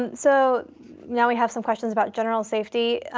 and so now we have some questions about general safety.